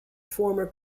former